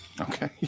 Okay